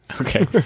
okay